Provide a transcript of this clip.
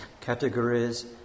categories